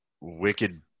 wicked